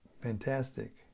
Fantastic